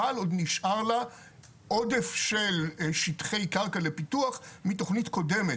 אבל עוד נשאר לה עודף של שטחי קרקע לפיתוח מתכנית קודמת.